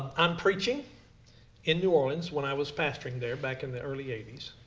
i'm preaching in new orleans when i was pastoring there back in the early eighty s.